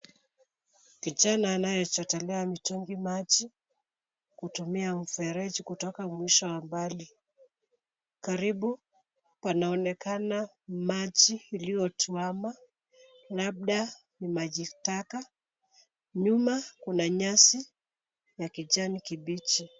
Kijana anayechotelea mitungi maji, hutumia mfereji kutoka mwisho wa mbali. Karibu, panaonekana maji iliyotuama, labda ni maji taka. Nyuma kuna nyasi ya kijani kibichi.